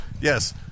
Yes